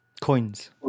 Coins